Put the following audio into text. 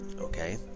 okay